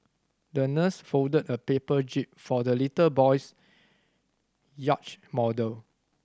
the nurse folded a paper jib for the little boy's yacht model